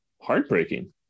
heartbreaking